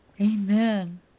Amen